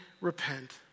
repent